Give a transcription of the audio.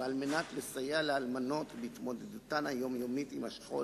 ועל מנת לסייע לאלמנות בהתמודדותן היומיומית עם השכול